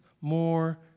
more